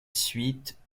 suite